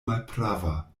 malprava